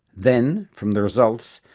then, from the results,